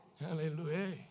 Hallelujah